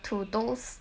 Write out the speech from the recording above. to those